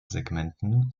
segmenten